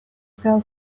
fell